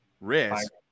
risk